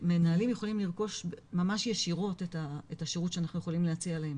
שמנהלים יכולים לרכוש ממש ישירות את השירות שאנחנו יכולים להציע להם.